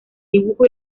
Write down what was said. dibujo